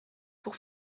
pour